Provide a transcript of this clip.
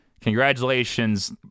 congratulations